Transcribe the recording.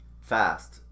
fast